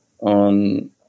on